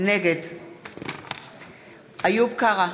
נגד איוב קרא,